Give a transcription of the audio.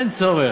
אין צורך.